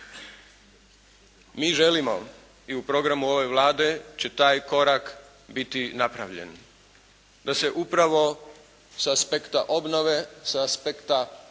Mi želimo i u programu ove Vlade će taj korak biti napravljen, da se upravo sa aspekta obnove, sa aspekta